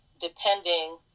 depending